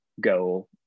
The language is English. go